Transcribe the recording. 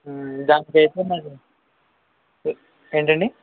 దానికి రేపే మరి ఎ ఏంటి అండి